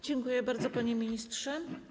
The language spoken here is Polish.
Dziękuję bardzo, panie ministrze.